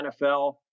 NFL